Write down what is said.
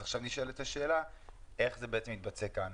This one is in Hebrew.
עכשיו נשאלת השאלה איך זה מתבטא כאן.